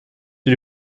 die